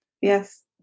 Yes